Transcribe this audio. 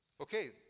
Okay